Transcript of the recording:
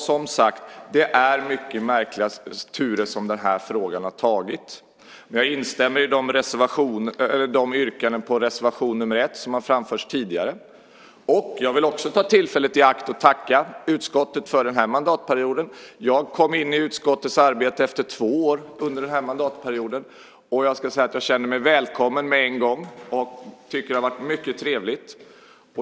Som sagt, det är mycket märkliga turer som den här frågan har tagit. Jag instämmer i de yrkanden på reservation nr 1 som har framförts tidigare. Jag vill också ta tillfället i akt och tacka utskottet för den här mandatperioden. Jag kom in i utskottets arbete efter två år under den här mandatperioden. Jag kände mig välkommen med en gång och tycker att det har varit mycket trevligt.